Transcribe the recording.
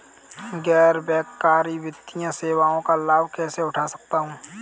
गैर बैंककारी वित्तीय सेवाओं का लाभ कैसे उठा सकता हूँ?